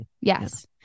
yes